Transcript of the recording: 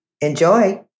Enjoy